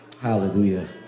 hallelujah